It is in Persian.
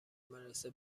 مدرسه